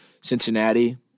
Cincinnati